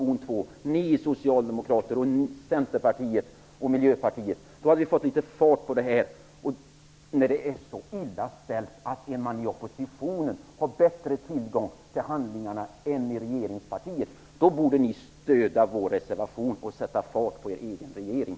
Jag vänder mig då till er socialdemokrater och till Centerpartiet och Miljöpartiet. Då skulle vi få litet fart på det här. När det är så illa ställt att oppositionen har bättre tillgång till handlingarna än vad regeringspartiet har, borde ni stödja vår reservation och sätta fart på er egen regering.